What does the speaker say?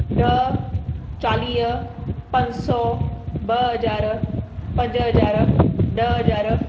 ॾह चालीह पंज सौ ॿ हज़ार पंज हज़ार ॾह हज़ार